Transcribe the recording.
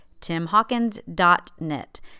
timhawkins.net